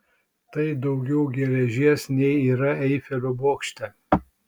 tai daugiau geležies nei yra eifelio bokšte